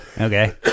Okay